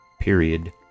period